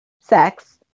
sex